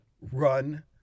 Run